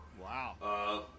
Wow